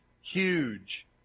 huge